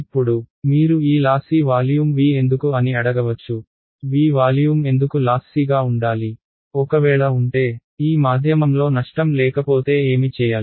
ఇప్పుడు మీరు ఈ లాసీ వాల్యూమ్ V ఎందుకు అని అడగవచ్చు V వాల్యూమ్ ఎందుకు లాస్సీగా ఉండాలి ఒకవేళ ఉంటే ఈ మాధ్యమంలో నష్టం లేకపోతే ఏమి చేయాలి